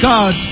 God